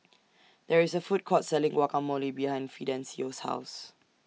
There IS A Food Court Selling Guacamole behind Fidencio's House